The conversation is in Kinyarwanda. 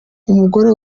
umugore